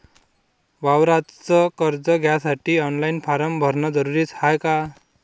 वावराच कर्ज घ्यासाठी ऑनलाईन फारम भरन जरुरीच हाय का?